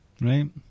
right